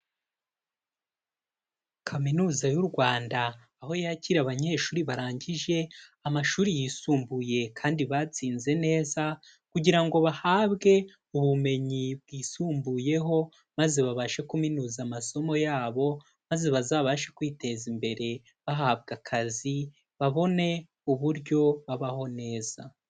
Kaminuza y'u Rwanda, aho yakira abanyeshuri barangije amashuri yisumbuye kandi batsinze neza kugira ngo bahabwe ubumenyi bwisumbuyeho, maze babashe kuminuza amasomo yabo, maze bazabashe kwiteza imbere bahabwa akazi, babone uburyo babaho neza.